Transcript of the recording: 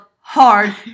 hard